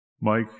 Mike